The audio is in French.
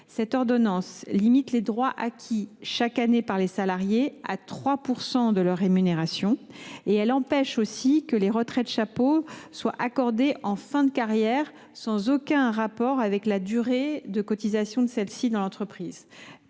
Cette ordonnance limite les droits acquis chaque année par les salariés à 3 % de leur rémunération. Elle empêche également que les retraites chapeaux soient accordées en fin de carrière, sans aucun rapport avec la durée de cotisation dans l’entreprise,